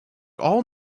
all